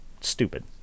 Stupid